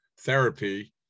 therapy